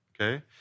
okay